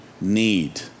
need